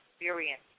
experience